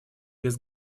без